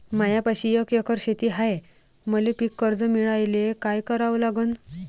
मायापाशी एक एकर शेत हाये, मले पीककर्ज मिळायले काय करावं लागन?